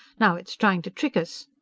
now it's trying to trick us!